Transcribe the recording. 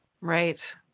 right